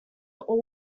all